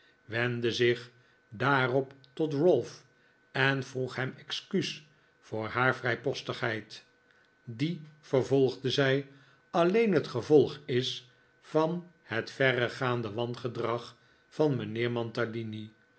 wendde zich daarop tot ralph en vroeg hem excuus voor haar vrijpostigheid die vervolgde zij alleen het gevolg is van het verregaande wangedrag van mijnheer mantalini